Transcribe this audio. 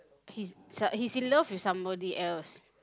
he's he's in love with somebody else